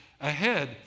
ahead